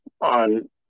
on –